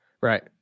Right